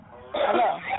Hello